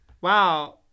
Wow